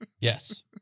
Yes